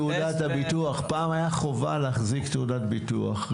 פעם היתה חובה להחזיק תעודת ביטוח,